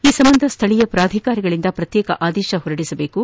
ಈ ಸಂಬಂಧ ಸ್ವಳೀಯ ಪ್ರಾಧಿಕಾರಗಳಿಂದ ಪ್ರತ್ಯೇಕ ಆದೇಶ ಹೊರಡಿಸಬೇಕು